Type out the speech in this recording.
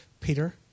Peter